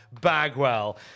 Bagwell